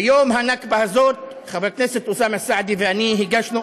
ביום הנכבה הזה חבר הכנסת אוסאמה סעדי ואני הגשנו,